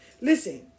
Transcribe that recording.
Listen